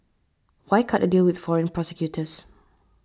why cut a deal with foreign prosecutors